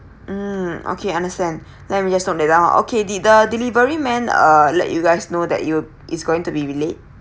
mm okay understand let me just note that down okay did the delivery men uh let you guys know that you he is going to be late